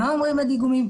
מה אומרים הדיגומים,